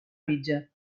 mitja